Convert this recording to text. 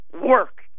work